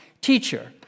Teacher